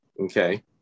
Okay